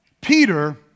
Peter